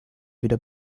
wieder